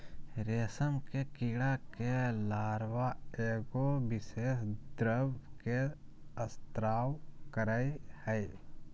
रेशम के कीड़ा के लार्वा एगो विशेष द्रव के स्त्राव करय हइ